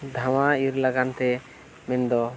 ᱫᱷᱟᱣᱟ ᱤᱨ ᱞᱟᱹᱜᱤᱫ ᱛᱮ ᱢᱮᱱᱫᱚ